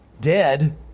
Dead